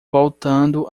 voltando